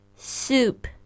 Soup